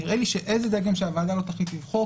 נראה לי שאיזה דגם שהוועדה לא תחליט לבחור,